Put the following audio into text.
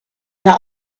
their